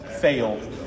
fail